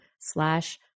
slash